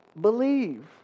believe